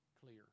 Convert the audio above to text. clear